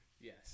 yes